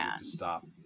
Stop